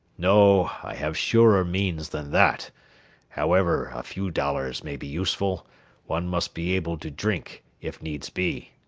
no, i have surer means than that however, a few dollars may be useful one must be able to drink, if needs be.